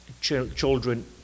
children